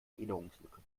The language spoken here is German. erinnerungslücke